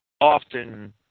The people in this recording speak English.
often